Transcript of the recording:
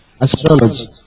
Astrology